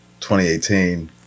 2018